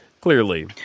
Clearly